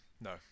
No